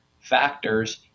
factors